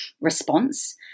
response